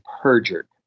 perjured